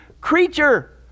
creature